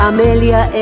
Amelia